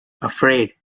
afraid